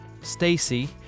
Stacy